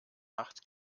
nacht